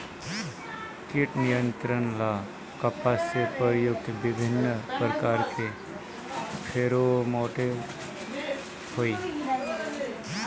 कीट नियंत्रण ला कपास में प्रयुक्त विभिन्न प्रकार के फेरोमोनटैप होई?